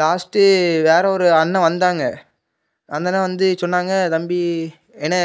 last வேறு ஒரு அண்ணன் வந்தாங்க அந்த அண்ணன் வந்து சொன்னாங்க தம்பி என்ன